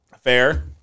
Fair